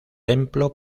templo